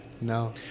no